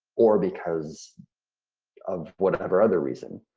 or because of whatever other reason.